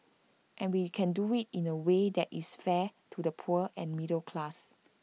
and we can do IT in A way that is fair to the poor and middle class